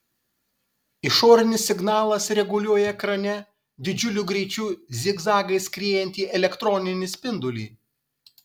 išorinis signalas reguliuoja ekrane didžiuliu greičiu zigzagais skriejantį elektroninį spindulį